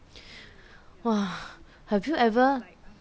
!wah! have you ever